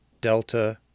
delta